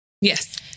Yes